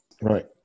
Right